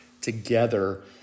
together